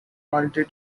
multi